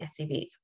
SUVs